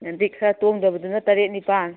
ꯑꯗꯒꯤ ꯈꯔ ꯇꯣꯡꯗꯕꯗꯨꯅ ꯇꯔꯦꯠ ꯅꯤꯄꯥꯟ